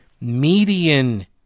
median